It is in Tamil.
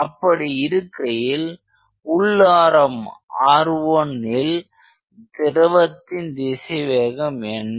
அப்படி இருக்கையில் உள் ஆரம் r1ல் திரவத்தின் திசைவேகம் என்ன